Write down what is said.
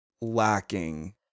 lacking